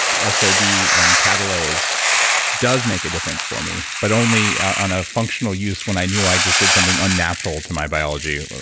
ah so and catalase does make a difference for me, but only on a functional use when i knew i just did something unnatural to my biology.